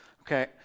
Okay